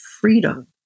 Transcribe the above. freedom